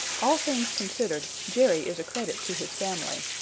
all things considered, jerry is a credit to his family.